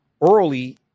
early